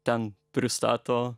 ten pristato